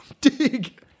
Dig